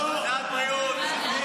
ועדת הבריאות.